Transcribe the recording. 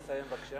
נא לסיים, בבקשה.